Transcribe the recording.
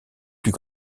plus